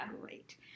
Great